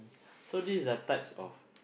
so this are types of